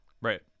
right